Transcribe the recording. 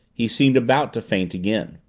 he seemed about to faint again.